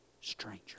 stranger